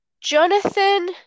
Jonathan